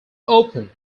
open